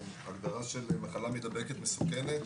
ההגדרה של מחלה מידבקת מסוכנת.